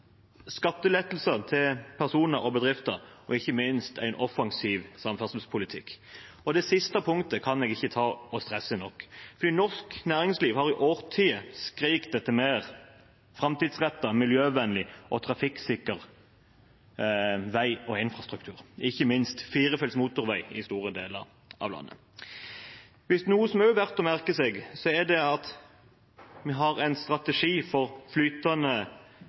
skattelettelser til personer og bedrifter og ikke minst en offensiv samferdselspolitikk. Det siste punktet kan jeg ikke stresse nok. Norsk næringsliv har i årtier skreket etter mer framtidsrettet, miljøvennlig og trafikksikker vei og infrastruktur – ikke minst firefelts motorvei i store deler av landet. Noe som også er verdt å merke seg, er at vi har en strategi for flytende